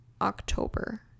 October